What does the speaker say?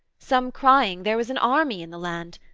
some crying there was an army in the land,